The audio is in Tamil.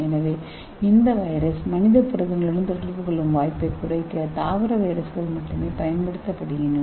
எனவே இந்த வைரஸ் மனித புரதங்களுடன் தொடர்பு கொள்ளும் வாய்ப்பைக் குறைக்க தாவர வைரஸ்கள் மட்டுமே பயன்படுத்தப்படுகின்றன